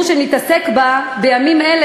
שהציבור רוצה שנתעסק בה בימים אלה,